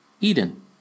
Eden